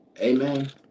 Amen